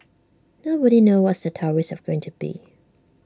nobody knows what the tariffs are going to be